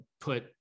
put